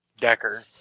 Decker